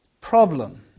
problem